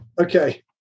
okay